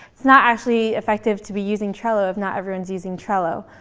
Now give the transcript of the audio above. it's not actually effective to be using trello if not everyone's using trello.